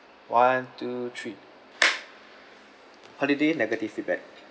one two three holiday negative feedback